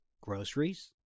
groceries